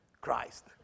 Christ